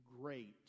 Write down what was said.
great